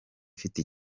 ifite